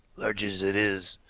large as it is,